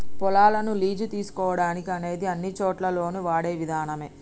పొలాలను లీజు తీసుకోవడం అనేది అన్నిచోటుల్లోను వాడే విధానమే